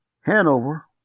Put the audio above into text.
Hanover